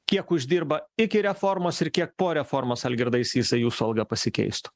kiek uždirba iki reformos ir kiek po reformos algirdai sysai jūsų alga pasikeistų